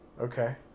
okay